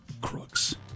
Crooks